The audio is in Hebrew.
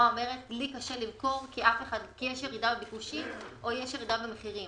אומרת לי קשה למכור כי יש ירידה בביקוש או יש ירידה במחירים.